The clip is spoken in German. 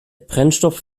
brennstoff